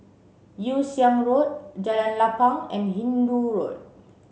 Yew Siang Road Jalan Lapang and Hindoo Road